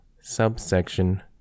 subsection